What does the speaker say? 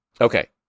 Okay